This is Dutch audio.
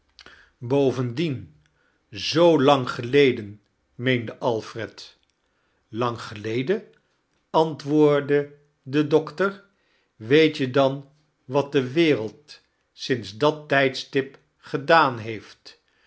bovendien zoo lang geleden i meende alfred lang geleden antwoordde de doctor weet je dan wat de wereld sinds dat tijdstip gedaan heeft